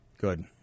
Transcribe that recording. Good